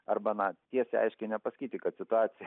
arba na tiesiai aiškiai nepasakyti kad situacija